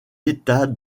état